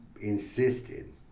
insisted